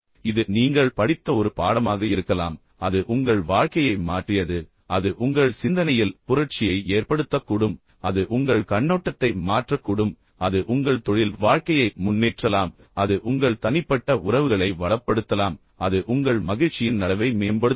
இது நீங்கள் படித்த ஒரு பாடமாக இருக்கலாம் அது உங்கள் வாழ்க்கையை மாற்றியது அது உங்கள் சிந்தனையில் புரட்சியை ஏற்படுத்தக்கூடும் அது உங்கள் கண்ணோட்டத்தை மாற்றக்கூடும் அது உங்கள் தொழில் வாழ்க்கையை முன்னேற்றலாம் அது உங்கள் தனிப்பட்ட உறவுகளை வளப்படுத்தலாம் அது உங்கள் மகிழ்ச்சியின் அளவை மேம்படுத்தலாம்